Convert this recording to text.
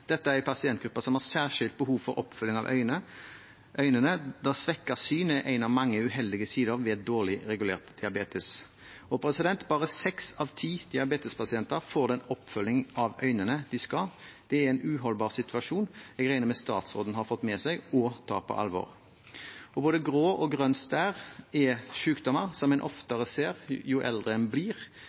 Dette er en pasientgruppe som har særskilt behov for oppfølging av øynene da svekket syn er en av mange uheldige sider ved dårlig regulert diabetes. Bare seks av ti diabetespasienter får den oppfølgingen av øynene som de skal ha. Det er en uholdbar situasjon som jeg regner med at statsråden har fått med seg og tar på alvor. Både grå og grønn stær er sykdommer vi ser oftere jo eldre folk blir,